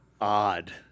odd